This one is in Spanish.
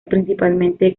principalmente